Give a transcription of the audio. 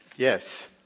Yes